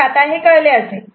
तर आता हे कळले असेल